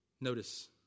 Notice